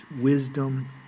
wisdom